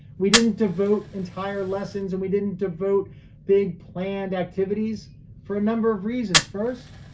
we didn't devote entire lessons and we didn't devote big, planned activities for a number of reasons. first,